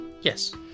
Yes